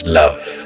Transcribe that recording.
love